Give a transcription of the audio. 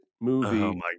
movie